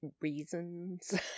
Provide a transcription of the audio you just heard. reasons